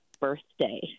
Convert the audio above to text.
birthday